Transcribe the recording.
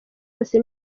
bose